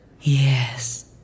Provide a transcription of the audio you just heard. Yes